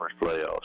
playoffs